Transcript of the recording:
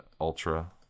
Ultra